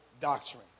doctrine